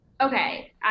Okay